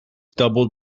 double